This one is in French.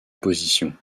position